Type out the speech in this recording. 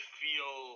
feel